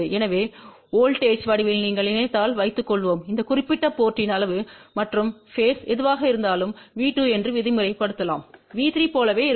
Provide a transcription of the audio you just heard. எனவே வோல்ட்டேஜ் வடிவில் நீங்கள் நினைத்தால் வைத்துக்கொள்வோம் இந்த குறிப்பிட்ட போர்ட்த்தின் அளவு மற்றும் பேஸ்ம் எதுவாக இருந்தாலும் V2என்றுவிதிமுறைலலாம் V3 போலவே இருக்கும்